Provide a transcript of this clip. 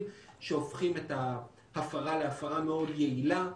שהופכים את ההפרה להפרה מאוד יעילה.